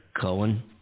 Cohen